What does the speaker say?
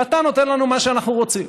ואתה נותן לנו מה שאנחנו רוצים.